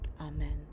amen